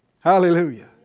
Hallelujah